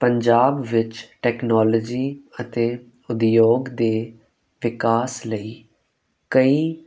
ਪੰਜਾਬ ਵਿੱਚ ਟੈਕਨੋਲੋਜੀ ਅਤੇ ਉਦਯੋਗ ਦੇ ਵਿਕਾਸ ਲਈ ਕਈ